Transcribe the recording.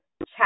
chat